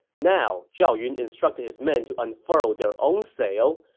now, zhao yun instructed his men to unfurl their own sail,